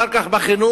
אחר כך בחינוך,